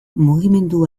mugimendu